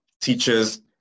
teachers